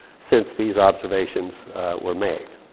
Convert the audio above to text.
since these observations were made.